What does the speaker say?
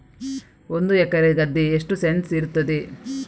ಒಂದು ಎಕರೆ ಗದ್ದೆ ಎಷ್ಟು ಸೆಂಟ್ಸ್ ಇರುತ್ತದೆ?